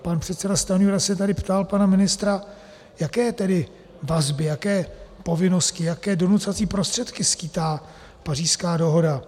Pan předseda Stanjura se tady ptal pana ministra, jaké tedy vazby, jaké povinnosti, jaké donucovací prostředky skýtá Pařížská dohoda.